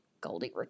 Goldie